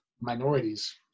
minorities